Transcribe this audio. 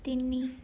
ତିନି